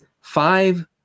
five